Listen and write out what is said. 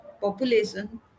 population